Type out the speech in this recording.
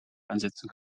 einsetzen